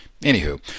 Anywho